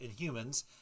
inhumans